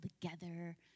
together